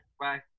Bye